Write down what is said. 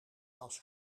was